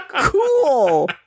Cool